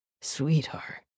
sweetheart